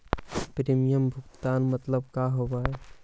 Premium भुगतान मतलब का होव हइ?